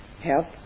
help